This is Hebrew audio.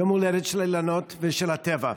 יום הולדת של האילנות ושל הטבע.